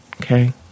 Okay